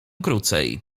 krócej